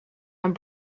and